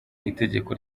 itegeko